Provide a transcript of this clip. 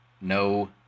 no